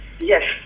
Yes